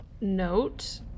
note